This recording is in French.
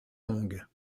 longues